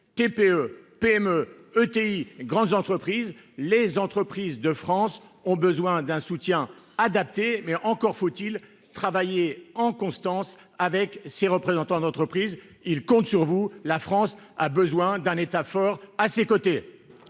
TPE PME ETI, grandes entreprises, les entreprises de France ont besoin d'un soutien adapté mais encore faut-il travailler en constance avec ses représentants notre prise il compte sur vous. La France a besoin d'un État fort à ses côtés.